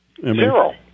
Zero